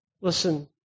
listen